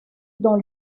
dans